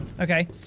Okay